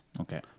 Okay